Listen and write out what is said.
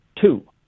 two